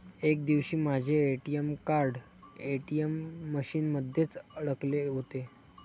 एक दिवशी माझे ए.टी.एम कार्ड ए.टी.एम मशीन मध्येच अडकले होते